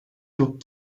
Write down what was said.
çok